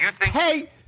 Hey